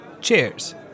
Cheers